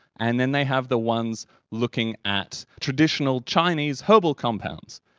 and then they have the ones looking at traditional chinese herbal compounds.